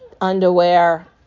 underwear